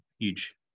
huge